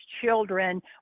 children